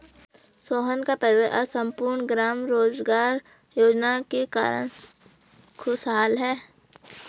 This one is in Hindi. सोहन का परिवार आज सम्पूर्ण ग्राम रोजगार योजना के कारण खुशहाल है